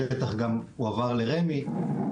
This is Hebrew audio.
השטח גם הועבר לרמ"י.